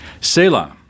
Selah